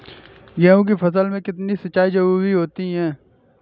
गेहूँ की फसल में कितनी सिंचाई की जरूरत होती है?